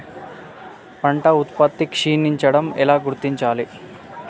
పంట ఉత్పత్తి క్షీణించడం ఎలా గుర్తించాలి?